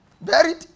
buried